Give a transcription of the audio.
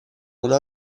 una